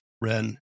Ren